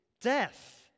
death